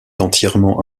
entièrement